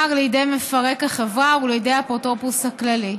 לידי מפרק החברה ולידי האפוטרופוס הכללי.